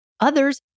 Others